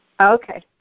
Okay